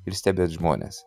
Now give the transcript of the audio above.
ir stebėt žmones